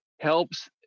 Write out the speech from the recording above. helps